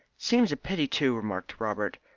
seems a pity too, remarked robert.